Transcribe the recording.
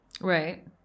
Right